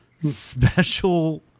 special